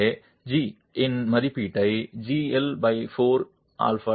எனவே Δg இன் மதிப்பீட்டை gL4at ஆக மாற்றலாம்